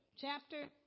chapter